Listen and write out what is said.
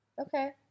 Okay